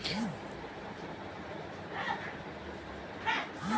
धान के पत्ता मुड़े के का कारण हवय?